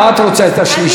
מה את רוצה, את השלישית?